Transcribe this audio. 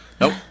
Nope